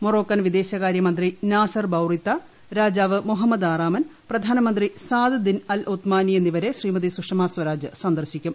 Moroccan വിദേശകാര്യമന്ത്രി Nasser Bourita രാജാവ് Mohammed ആറാമൻ പ്രധാനമന്ത്രി സാദ് ദിൻ അൽ ഒത്മാനി എന്നിവരെ ശ്രീമതി സുഷമ സ്വരാജ് സന്ദർശിക്കും